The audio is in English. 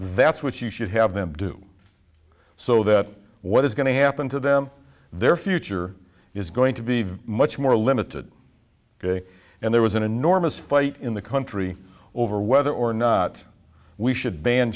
that's what you should have them do so that what is going to happen to them their future is going to be much more limited and there was an enormous fight in the country over whether or not we should ban